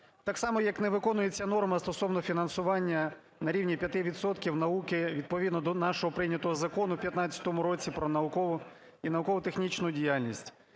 Так само, як не виконується норма стосовно фінансування на рівні 5 відсотків науки відповідно до нашого прийнятого Закону в 15-му році "Про наукову і науково-технічну діяльність".